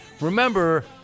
remember